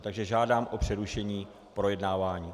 Takže žádám o přerušení projednávání.